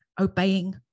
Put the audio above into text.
obeying